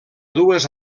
dues